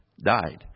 died